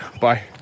Bye